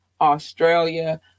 Australia